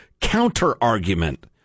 counter-argument